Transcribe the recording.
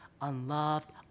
unloved